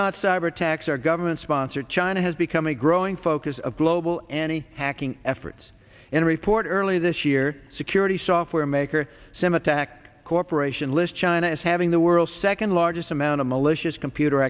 not cyber attacks or government sponsored china has become a growing focus of global any hacking efforts in a report earlier this year security software maker sam attack corporation list china as having the world's second largest amount of malicious computer